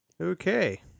Okay